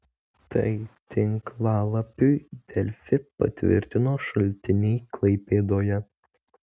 tai tinklalapiui delfi patvirtino šaltiniai klaipėdoje